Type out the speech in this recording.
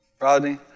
Rodney